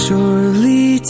Surely